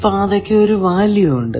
ഈ പാതയ്ക്ക് ഒരു വാല്യൂ ഉണ്ട്